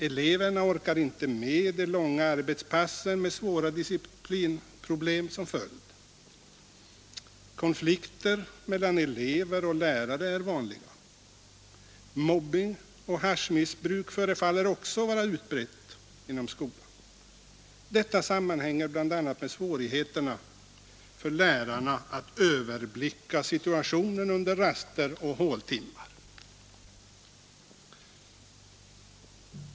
Eleverna orkar inte med de långa arbetspassen med svåra disciplinproblem som följd. Konflikter mellan elever och lärare är vanliga. Mobbing och haschmissbruk förefaller också vara utbrett inom skolan. Detta sammanhänger bl.a. med svårigheter för lärarna att överblicka situationen under raster och håltimmar.